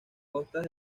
costas